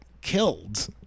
killed